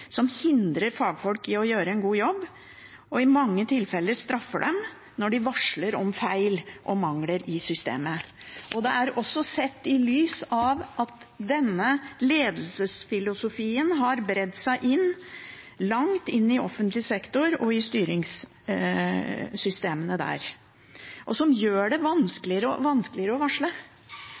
som hindrer fagfolk i å gjøre en god jobb og i mange tilfeller straffer dem når de varsler om feil og mangler i systemet. Det er også sett i lys av at denne ledelsesfilosofien har bredd seg langt inn i offentlig sektor og i styringssystemene der, noe som gjør det vanskeligere og vanskeligere å varsle